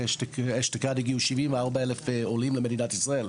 אשתקד - 74,000 עולים למדינת ישראל,